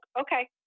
okay